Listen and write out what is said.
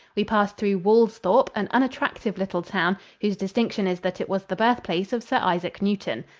we passed through woolsthorpe, an unattractive little town whose distinction is that it was the birthplace of sir isaac newton.